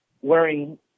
wearing